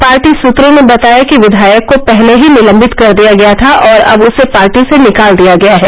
party सूत्रों ने बताया कि विधायक को पहले ही निलम्बित कर दिया गया था और अब उसे पार्टी से निकाल दिया गया है